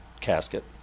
casket